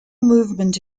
movement